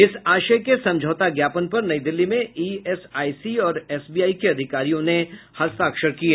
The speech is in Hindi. इस आशय के समझौता ज्ञापन पर नई दिल्ली में ईएसआईसी और एसबीआई के अधिकारियों ने हस्ताक्षर किए